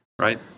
right